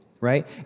right